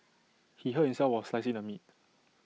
he hurt himself while slicing the meat